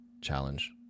challenge